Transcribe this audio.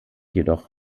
jedoch